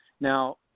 Now